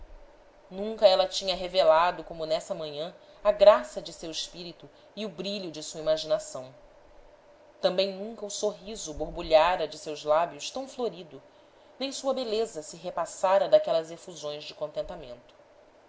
nunca ela tinha revelado como nessa manhã a graça de seu espírito e o brilho de sua imaginação também nunca o sorriso borbulhara de seus lábios tão florido nem sua beleza se repassara daquelas efusões de contentamento